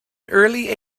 early